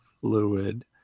fluid